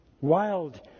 wild